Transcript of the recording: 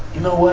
you know